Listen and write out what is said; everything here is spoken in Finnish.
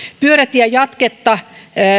pyörätien jatketta